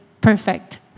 perfect